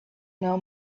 know